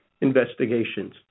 investigations